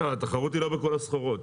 לא, התחרות היא לא בכל הסחורות.